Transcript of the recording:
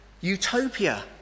utopia